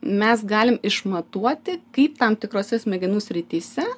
mes galim išmatuoti kaip tam tikrose smegenų srityse